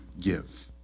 give